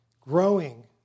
growing